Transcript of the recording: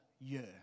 year